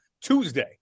Tuesday